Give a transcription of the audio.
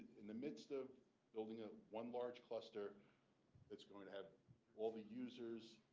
in the midst of building a one large cluster that's going to have all the users